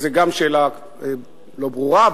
שזו גם שאלה לא ברורה,